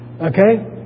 Okay